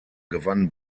gewannen